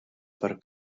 per